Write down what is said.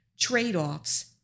trade-offs